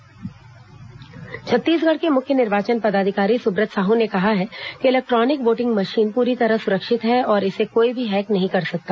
Subrat Sahu EVM Chhattisgarh के मुख्य निर्वाचन पदाधिकारी सुब्रत साहू ने कहा है कि इलेक्ट्रॉनिक वोटिंग मशीन पूरी तरह सुरक्षित है और इसे कोई भी हैक नहीं कर सकता